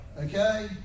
Okay